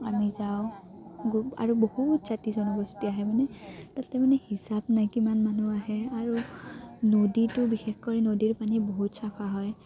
আমি যাওঁ আৰু বহুত জাতি জনগোষ্ঠী আহে মানে তাতে মানে হিচাপ নাই কিমান মানুহ আহে আৰু নদীটো বিশেষকৈ নদীৰ পানী বহুত চাফা হয়